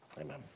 amen